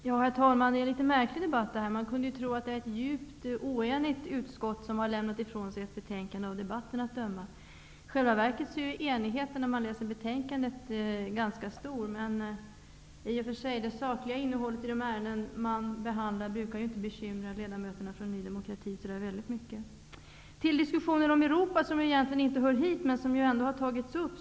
Herr talman! Detta är en något märklig debatt. Man skulle av debatten att döma kunna tro att det är ett djupt oenigt utskott som har lämnat ifrån sig ett betänkande. Om man läser betänkandet ser man att enigheten i själva verket är ganska stor. Men i och för sig brukar det sakliga innehållet i de betänkanden som behandlas inte bekymra Ny demokrati så där väldigt mycket. Så till diskussionen om Europa, som egentligen inte hör hit, men som ändå har tagits upp.